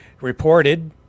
reported